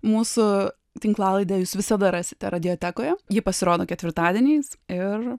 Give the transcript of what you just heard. mūsų tinklalaidę jūs visada rasite radiotekoje ji pasirodo ketvirtadieniais ir